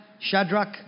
Shadrach